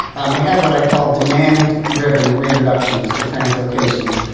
um we have what i call demand driven re-introductions or translocations.